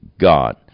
God